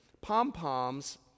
pom-poms